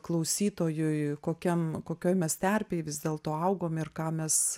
klausytojui kokiam kokioj mes terpėj vis dėlto augom ir ką mes